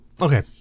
okay